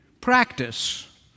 practice